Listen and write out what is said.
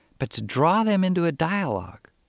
but to draw them into a dialogue.